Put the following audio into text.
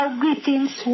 greetings